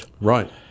Right